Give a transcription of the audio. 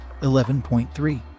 11.3